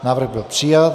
Návrh byl přijat.